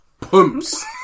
Pumps